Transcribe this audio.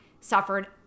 suffered